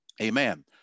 Amen